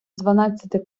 дванадцяти